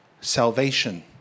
Salvation